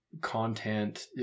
content